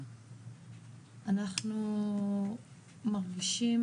אנחנו מרגישים